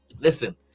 listen